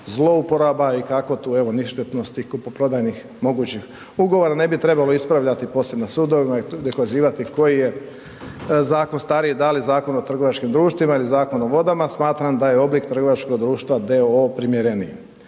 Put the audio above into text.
zlouporaba i kako tu evo ništetnosti kupoprodajnih mogućih ugovora, ne bi trebalo ispravljati poslije na sudovima i dokazivati koji je zakon stariji, da li Zakon o trgovačkim društvima ili Zakon o vodama, smatram da je oblik trgovačkog društva d.o.o. primjereniji.